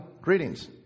Greetings